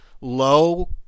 low